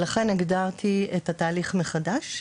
לכן הגדרתי את התהליך מחדש: